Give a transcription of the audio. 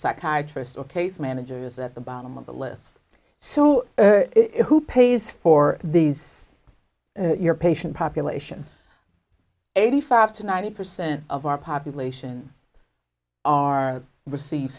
psychiatrist or case managers at the bottom of the list so who pays for these your patient population eighty five to ninety percent of our population our receive